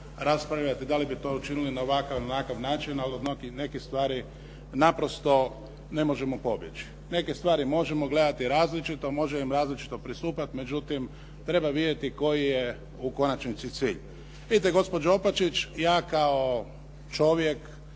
raspravljati da li bi to učinili na ovakav ili onakav način, ali od nekih stvari naprosto ne možemo pobjeći. Neke stvari možemo gledati različito, možemo im različito pristupati, međutim treba vidjeti koji je u konačnici cilj. Vidite gospođo Opačić, ja kao čovjek